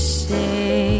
say